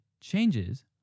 changes